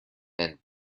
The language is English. and